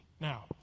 Now